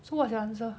so what's your answer